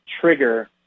trigger